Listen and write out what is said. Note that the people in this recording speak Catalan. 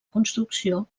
construcció